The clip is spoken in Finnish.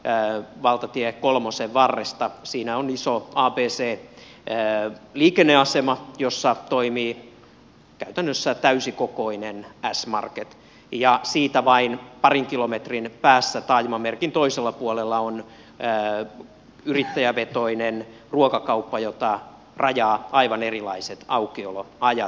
tuossa valtatie kolmosen varressa on iso abc liikenneasema jossa toimii käytännössä täysikokoinen s market ja siitä vain parin kilometrin päässä taajamamerkin toisella puolella on yrittäjävetoinen ruokakauppa jota rajaavat aivan erilaiset aukioloajat